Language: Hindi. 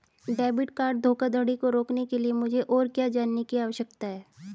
डेबिट कार्ड धोखाधड़ी को रोकने के लिए मुझे और क्या जानने की आवश्यकता है?